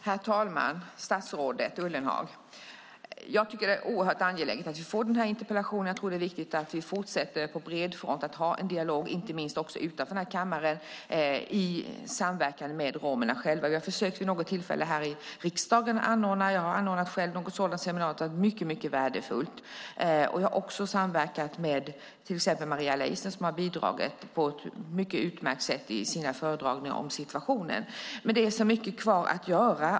Herr talman och statsrådet Ullenhag! Den här interpellationen är mycket angelägen. Det är viktigt att vi fortsätter ha en dialog på bred front, inte minst utanför kammaren, i samverkan med romerna själva. Jag har själv anordnat ett seminarium, och det var mycket värdefullt. Jag har också samverkat med Maria Leissner som har bidragit på ett utmärkt sätt med sina föredragningar om situationen. Det är dock mycket kvar att göra.